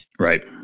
Right